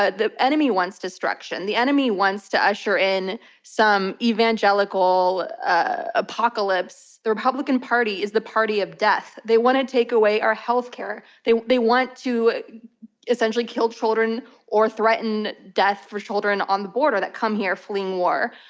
ah the enemy wants destruction. the enemy wants to usher in some evangelical apocalypse. the republican party is the party of death. they want to take aware our healthcare. they they want to essentially kill children or threaten death for children on the border, that come here fleeing war.